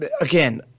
again